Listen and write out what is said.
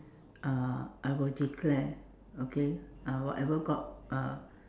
uh I will declare okay uh whatever God uh